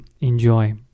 enjoy